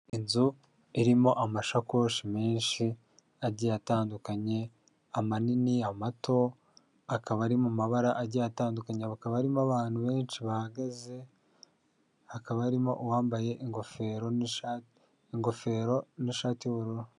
Inzu irimo amashakoshi menshi agiye atandukanye, amanini, amato akaba ari mu mabara agiye atandukanye, hakaba harimo abantu benshi bahagaze, hakaba harimo uwambaye ingofero n'ishati y'ubururu.